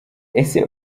ese